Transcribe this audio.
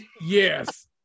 yes